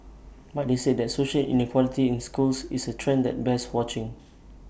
but they said that social inequality in schools is A trend that bears watching